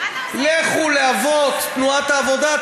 לכו לאבות תנועת העבודה,